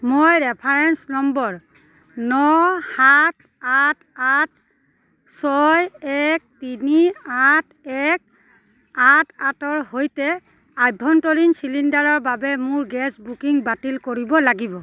মই reference number ন সাত আঠ আঠ ছয় এক তিনি আঠ এক আঠ আঠৰ সৈতে আভ্যন্তৰীণ চিলিণ্ডাৰৰ বাবে মোৰ গেছ বুকিং বাতিল কৰিব লাগিব